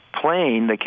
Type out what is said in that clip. plane